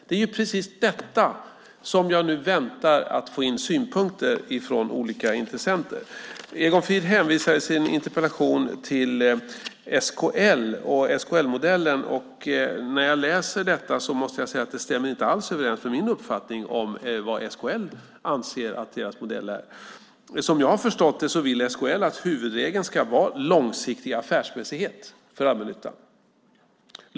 Det är precis detta som jag nu väntar på att få in synpunkter på från olika intressenter. Egon Frid hänvisar i sin interpellation till SKL och SKL-modellen. När jag läser detta måste jag säga att det inte alls stämmer överens med min uppfattning om vad SKL anser att deras modell är. Som jag har förstått det vill SKL att huvudregeln ska vara långsiktig affärsmässighet för allmännyttan.